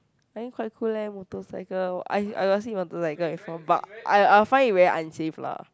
I think quite cool leh motorcycle I I honestly want to like go and but I I find it very unsafe lah